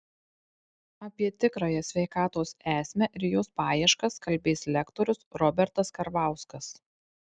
apie tikrąją sveikatos esmę ir jos paieškas kalbės lektorius robertas karvauskas